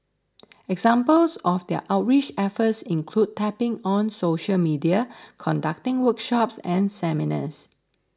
examples of their outreach efforts include tapping on social media conducting workshops and seminars